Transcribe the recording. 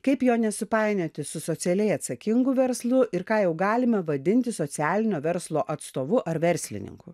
kaip jo nesupainioti su socialiai atsakingu verslu ir ką jau galima vadinti socialinio verslo atstovu ar verslininku